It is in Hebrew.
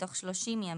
בתוך 30 ימים,